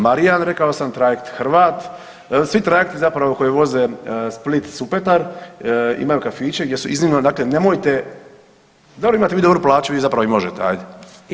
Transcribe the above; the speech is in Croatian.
Marijan rekao sam, trajekt Hrvat svi trajekti zapravo koji voze Split-Supetar imaju kafiće gdje su iznimno dakle nemojte, da li vi imate dobru plaću vi zapravo i možete ajd.